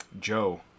Joe